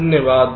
धन्यवाद